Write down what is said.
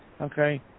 okay